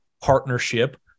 partnership